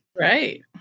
Right